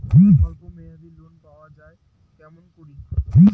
স্বল্প মেয়াদি লোন পাওয়া যায় কেমন করি?